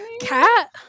Cat